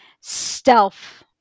stealth